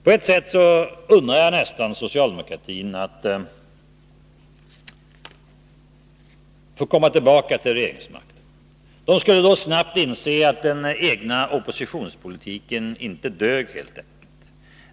På ett sätt nästan unnar jag socialdemokratin att få komma tillbaka till regeringsmakten. De skulle då snabbt inse att den egna oppositionspolitiken helt enkelt inte dög.